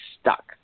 stuck